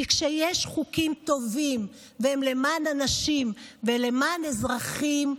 כי כשיש חוקים טובים והם למען אנשים ולמען אזרחים,